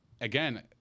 again